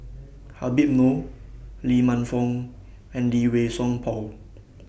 Habib Noh Lee Man Fong and Lee Wei Song Paul